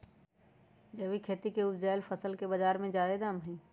जैविक खेती से उगायल फसल के बाजार में जादे दाम हई